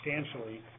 substantially